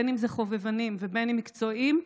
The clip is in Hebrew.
אם חובבנים ואם מקצועיים,